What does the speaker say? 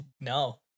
No